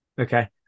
Okay